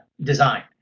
design